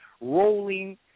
rolling